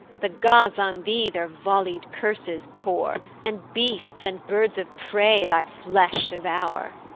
the gods on thee their vollied curses pour, and beasts and birds of prey thy flesh devour.